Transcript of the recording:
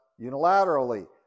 unilaterally